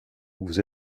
vous